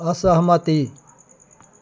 असहमति